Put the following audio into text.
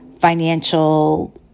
financial